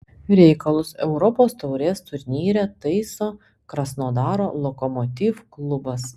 reikalus europos taurės turnyre taiso krasnodaro lokomotiv klubas